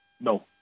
No